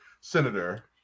senator